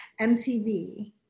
MTV